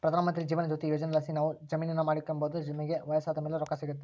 ಪ್ರಧಾನಮಂತ್ರಿ ಜೀವನ ಜ್ಯೋತಿ ಯೋಜನೆಲಾಸಿ ನಾವು ಜೀವವಿಮೇನ ಮಾಡಿಕೆಂಬೋದು ನಮಿಗೆ ವಯಸ್ಸಾದ್ ಮೇಲೆ ರೊಕ್ಕ ಸಿಗ್ತತೆ